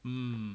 mm